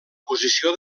posició